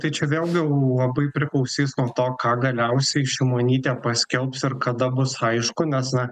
tai čia vėl jau labai priklausys nuo to ką galiausiai šimonytė paskelbs ir kada bus aišku nes na